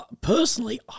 Personally